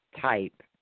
type